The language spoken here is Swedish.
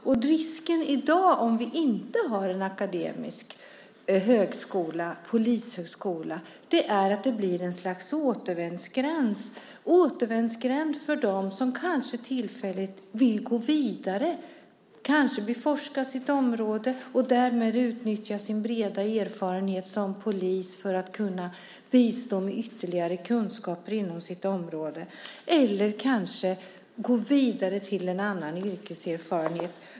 Risken i dag om vi inte har en akademisk polishögskola är att det blir ett slags återvändsgränd för dem som kanske tillfälligt vill gå vidare. De vill kanske beforska sitt område och därmed utnyttja sin breda erfarenhet som polis för att kunna bistå med ytterligare kunskaper inom sitt område eller kanske gå vidare till en annan yrkeserfarenhet.